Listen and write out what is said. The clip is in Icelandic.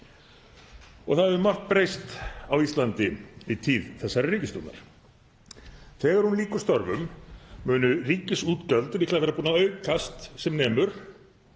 ár. Það hefur margt breyst á Íslandi í tíð þessarar ríkisstjórnar. Þegar hún lýkur störfum munu ríkisútgjöld líklega vera búin að aukast sem nemur